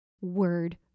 word